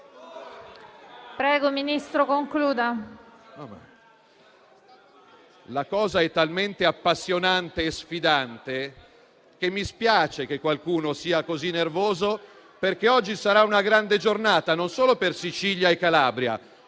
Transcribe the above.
signor Ministro, concluda.